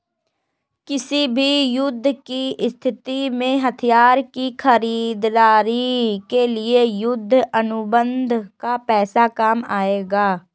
किसी भी युद्ध की स्थिति में हथियार की खरीदारी के लिए युद्ध अनुबंध का पैसा काम आएगा